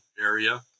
area